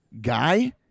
guy